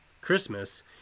Christmas